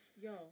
yo